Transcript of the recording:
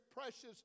precious